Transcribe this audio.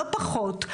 לא פחות.